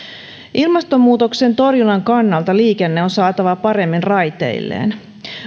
ilmastonmuutoksen torjunnan kannalta liikenne on saatava paremmin raiteilleen